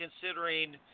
considering